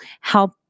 help